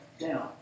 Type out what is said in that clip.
down